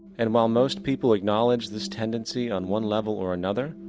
and while most people acknowledge this tendency on one level or another,